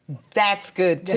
that's good